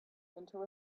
into